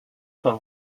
soit